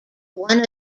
one